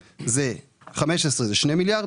2015 זה 2 מיליארד,